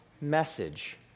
message